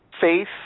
faith